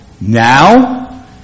now